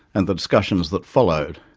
and the discussions that followed,